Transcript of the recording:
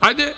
Hajde,